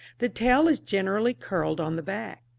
the tail is generally curled on the back.